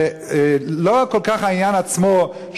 זה לא כל כך העניין עצמו,